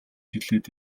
хэлээд